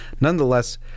nonetheless